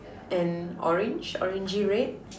and orange orangey red